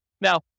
Now